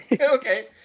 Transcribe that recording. okay